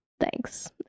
Thanks